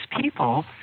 people